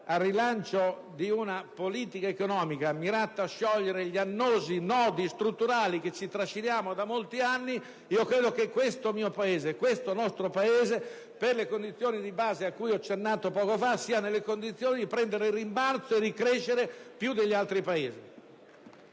al rilancio di una politica economica mirata a sciogliere gli annosi nodi strutturali che ci trasciniamo da molti anni, credo metteranno il mio, il nostro Paese, per i fattori di base a cui ho accennato poco fa, nelle condizioni di prendere il rimbalzo e di crescere più degli altri Paesi.